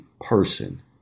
person